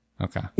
Okay